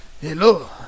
Hello